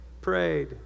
prayed